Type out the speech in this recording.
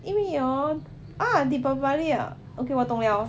因为 hor ah deepavali okay 我懂了